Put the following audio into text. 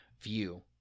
view